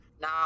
Now